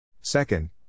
Second